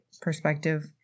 perspective